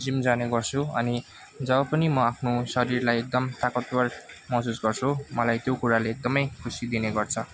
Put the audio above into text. gym जाने गर्छु अनि जब पनि म आफ्नो शरीरलाई एकदम तागतवर महसुस गर्छु मलाई त्यो कुराले एकदमै खुसी दिने गर्छ